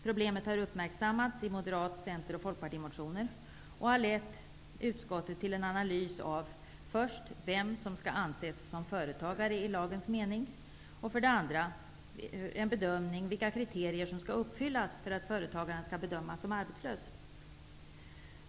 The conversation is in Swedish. Problemet har uppmärksammats i motioner av Moderaterna, Centerpartiet och Folkpartiet, vilket för det första har lett utskottet till en analys av vem som skall anses som företagare i lagens mening, och för det andra till en bedömning av vilka kriterier som skall uppfyllas för att företagaren skall räknas som arbetslös.